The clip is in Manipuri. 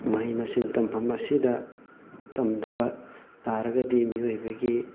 ꯃꯍꯩ ꯃꯁꯤꯡ ꯇꯝꯐꯝ ꯑꯁꯤꯗ ꯇꯝꯗꯕ ꯇꯥꯔꯒꯗꯤ ꯃꯤꯑꯣꯏꯕꯒꯤ